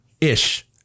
Ish